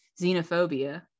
xenophobia